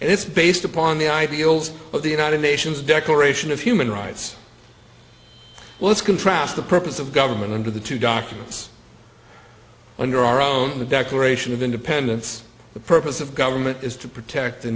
and it's based upon the i p o ols of the united nations declaration of human rights let's contrast the purpose of government under the two documents under our own the declaration of independence the purpose of government is to protect the